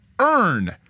earn